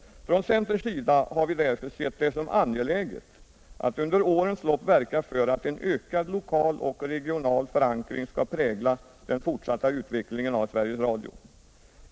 Från centerns sida har vi därför sett det som angeläget att under årens lopp verka för att en ökad lokal och regional förankring skall prägla den fortsatta utvecklingen av Sveriges Radio.